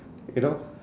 you know